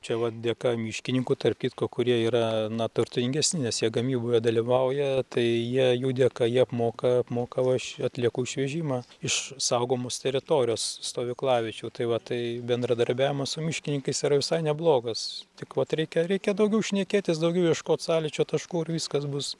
čia vat dėka miškininkų tarp kitko kurie yra na turtingesni nes jie gamyboje dalyvauja tai jie jų dėka jie apmoka apmoka už atliekų išvežimą iš saugomos teritorijos stovyklaviečių tai va tai bendradarbiavimas su miškininkais yra visai neblogas tik vat reikia reikia daugiau šnekėtis daugiau ieškot sąlyčio taškų ir viskas bus